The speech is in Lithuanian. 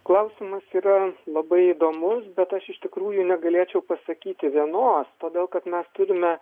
klausimas yra labai įdomus bet aš iš tikrųjų negalėčiau pasakyti vienos todėl kad mes turime